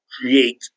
create